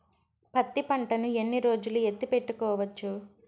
పత్తి పంటను ఎన్ని రోజులు ఎత్తి పెట్టుకోవచ్చు?